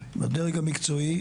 בדרג המקצועי,